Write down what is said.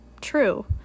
true